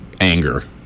anger